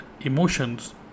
emotions